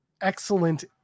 excellent